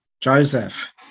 Joseph